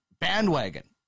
bandwagon